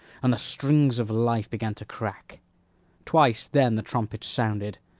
and the strings of life began to crack twice then the trumpets sounded,